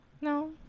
No